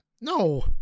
No